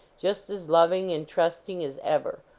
just as loving and trusting as ever,